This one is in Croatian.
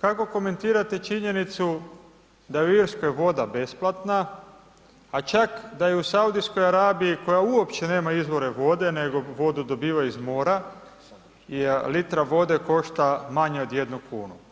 kako komentirate činjenicu da je u Irskoj voda besplatna a čak da je u Saudijskoj Arabiji koja uopće nema izvore vode nego dobiva iz mora, litra vode košta manje od 1 kn?